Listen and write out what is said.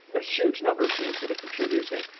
a huge number of genes that are contributing.